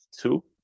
two